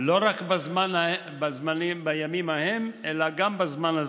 לא רק בזמנים ובימים ההם, אלא גם בזמן הזה.